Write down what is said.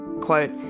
Quote